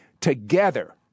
together